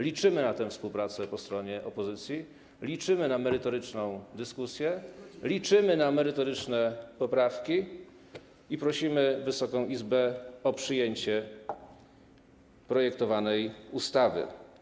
Liczymy na współpracę po stronie opozycji, liczymy na merytoryczną dyskusję, liczymy na merytoryczne poprawki i prosimy Wysoką Izbę o przyjęcie projektowanej ustawy.